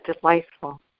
delightful